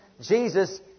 Jesus